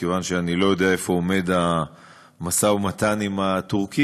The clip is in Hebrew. וכיוון שאני לא יודע איפה עומד המשא-ומתן עם הטורקים,